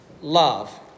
love